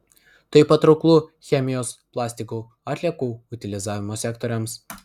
tai patrauklu chemijos plastikų atliekų utilizavimo sektoriams